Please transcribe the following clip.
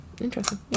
Interesting